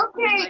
Okay